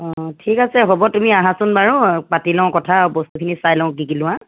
অঁ ঠিক আছে হ'ব তুমি আহাচোন বাৰু পাতি লওঁ কথা বস্তুখিনি চাই লওঁ কি কি লোৱা